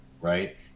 right